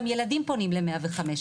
גם ילדים פונים ל-105.